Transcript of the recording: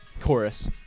chorus